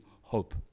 hope